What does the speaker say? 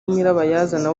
nyirabayazana